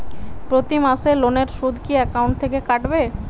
প্রতি মাসে লোনের সুদ কি একাউন্ট থেকে কাটবে?